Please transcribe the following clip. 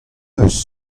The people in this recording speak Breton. eus